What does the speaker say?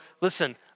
Listen